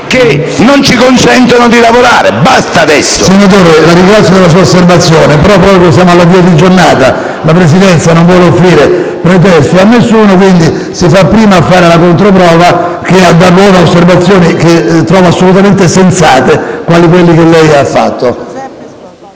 che non ci consentono di lavorare. Basta adesso!